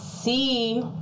see